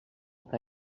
que